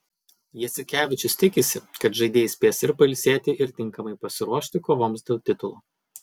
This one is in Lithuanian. jasikevičius tikisi kad žaidėjai spės ir pailsėti ir tinkamai pasiruošti kovoms dėl titulo